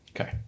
Okay